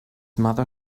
mother